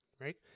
right